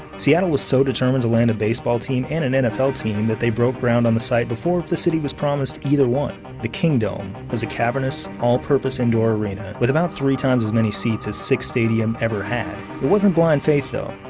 seattle was so determined to land a baseball team and an nfl team that they broke ground on the site before the city was promised either one. the kingdome was a cavernous all-purpose indoor arena with about three times as many seats as sick's stadium ever had. it wasn't blind faith, though.